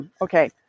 Okay